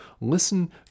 listen